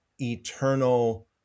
eternal